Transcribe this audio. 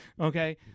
okay